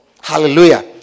Hallelujah